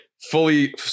fully